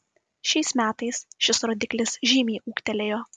šiais metais šis rodiklis žymiai ūgtelėjo